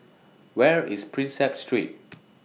Where IS Prinsep Street